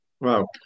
Wow